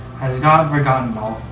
has god forgotten